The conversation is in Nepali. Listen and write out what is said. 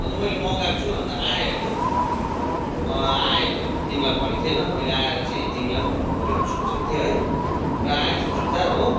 अन्त मैले मगाएको छु अन्त आयो होइन आयो मेरोमा तिमीलाई भनेको थिइनँ मैले आएर चाहिँ तिमीलाई पनि भन्नु पर्यो भनेर सोचेको थिएँ है र आएछ जुत्ता हो